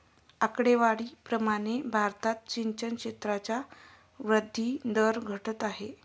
आकडेवारी प्रमाणे भारतात सिंचन क्षेत्राचा वृद्धी दर घटत आहे